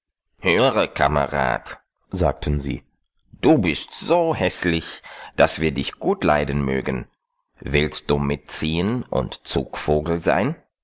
höre kamerad sagten sie du bist so häßlich daß wir dich gut leiden mögen willst du mitziehen und zugvogel sein